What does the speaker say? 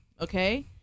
okay